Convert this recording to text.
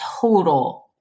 total-